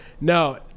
no